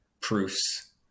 proofs